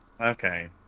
okay